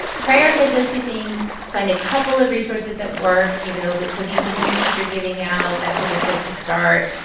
prioritize those two things. find a couple of resources that work. you know, it but could be something your teacher's giving out. that's a good place to start.